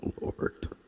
Lord